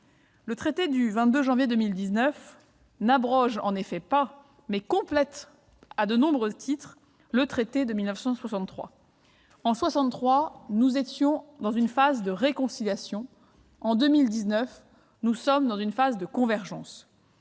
Le traité du 22 janvier 2019 n'abroge pas, mais complète, à de nombreux titres, le traité de 1963. En 1963, nous étions dans une phase de réconciliation ; en 2019, nous sommes dans une phase de convergence.